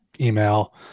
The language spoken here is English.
email